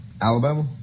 Alabama